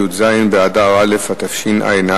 י"ז באדר א' התשע"א,